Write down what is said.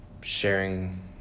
sharing